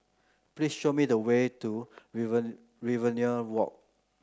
please show me the way to Riverina Walk